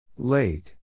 Late